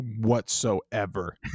whatsoever